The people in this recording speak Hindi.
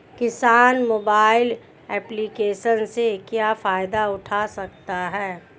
किसान मोबाइल एप्लिकेशन से क्या फायदा उठा सकता है?